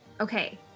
okay